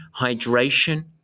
hydration